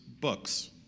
books